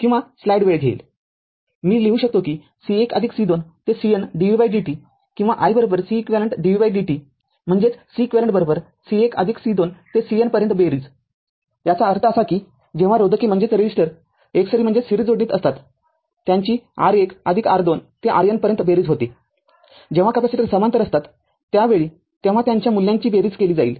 मी लिहू शकतो कि C१ C२ ते CN dvdt किंवा i Ceq dvdtम्हणजेच Ceq C१ C२ ते CN पर्यंत बेरीजयाचा अर्थ असा की जेव्हा रोधके एकसरी जोडणीत असतात त्यांची r१ r२ ते r n पर्यंत बेरीज होत आहे जेव्हा कॅपेसिटर समांतर असतात त्यावेळी तेव्हा त्यांच्या मूल्यांची बेरीज केले जाईल